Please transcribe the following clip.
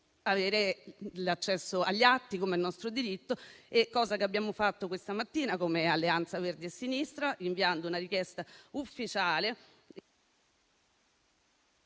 avere l'accesso agli atti, com'è nostro diritto, e - cosa che abbiamo fatto questa mattina, come Alleanza Verdi e Sinistra - chiediamo l'invio di una richiesta ufficiale